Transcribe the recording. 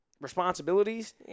responsibilities